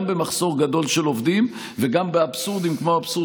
גם במחסור גדול בעובדים וגם באבסורדים כמו האבסורד